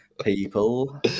people